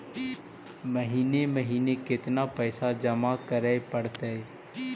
महिने महिने केतना पैसा जमा करे पड़तै?